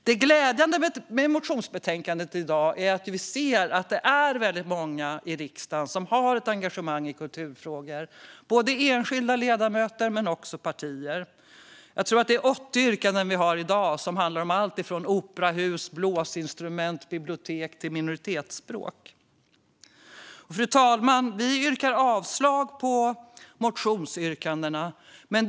Det glädjande med dagens motionsbetänkande är att det finns många i riksdagen som är engagerade i kulturfrågor. Det gäller enskilda ledamöter och partier. I dagens betänkande har vi behandlat 80 yrkanden, och de handlar om allt från operahus, blåsinstrument och bibliotek till minoritetsspråk. Fru talman! I betänkandet föreslår utskottet att motionsyrkandena ska avslås.